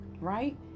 right